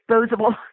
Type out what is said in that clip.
disposable